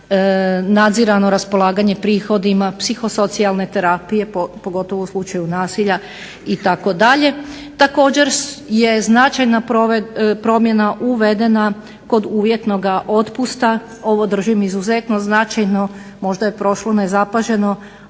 nadzirano raspolaganje prihodima, psihosocijalne terapije pogotovo u slučaju nasilja itd. Također je značajna promjena uvedena kod uvjetnoga otpusta. Ovo držim izuzetno značajno. Možda je prošlo nezapaženo,